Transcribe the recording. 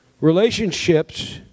relationships